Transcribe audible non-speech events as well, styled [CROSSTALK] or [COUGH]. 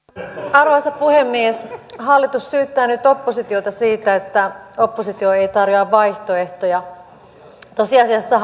arvoisa puhemies hallitus syyttää nyt oppositiota siitä että oppositio ei tarjoa vaihtoehtoja tosiasiassa [UNINTELLIGIBLE]